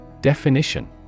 Definition